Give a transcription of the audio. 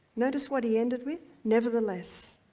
notice what he ended with, nevertheless,